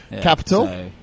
Capital